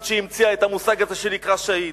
שהמציאה את המושג הזה שנקרא שהיד.